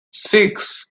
six